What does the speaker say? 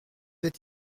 êtes